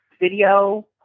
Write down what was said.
video